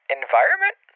environment